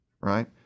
right